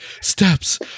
steps